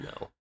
No